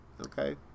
okay